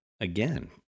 Again